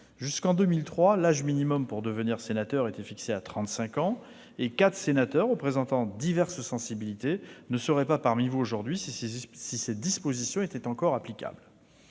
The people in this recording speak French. Jusqu'en 2003, l'âge minimum pour devenir sénateur était fixé à trente-cinq ans. Quatre sénateurs représentant diverses sensibilités ne seraient pas parmi vous aujourd'hui si ces dispositions étaient encore applicables.